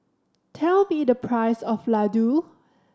tell me the price of Ladoo